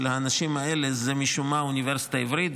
האנשים האלה משום מה זה האוניברסיטה העברית.